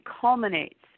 culminates